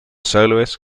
soloists